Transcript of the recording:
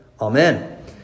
Amen